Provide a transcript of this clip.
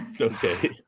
Okay